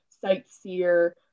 sightseer